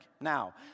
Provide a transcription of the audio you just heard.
Now